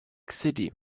city